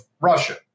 Russia